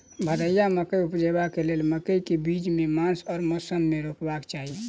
भदैया मकई उपजेबाक लेल मकई केँ बीज केँ मास आ मौसम मे रोपबाक चाहि?